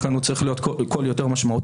לכן הוא צריך להיות קול יותר משמעותי.